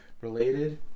related